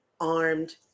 armed